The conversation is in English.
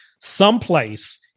someplace